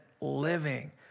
living